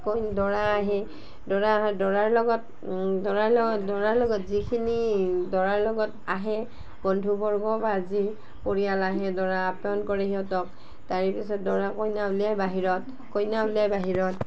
কই দৰা আহে দৰা দৰাৰ লগত দৰাৰ ল দৰাৰ লগত যিখিনি দৰাৰ লগত আহে বন্ধুবৰ্গ বা যি পৰিয়াল আহে দৰা আপ্যায়ন কৰে সিহঁতক তাৰে পিছত দৰা কইনা উলিয়াই বাহিৰত কইনা উলিয়াই বাহিৰত